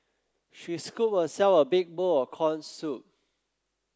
she scooped herself a big bowl of corn soup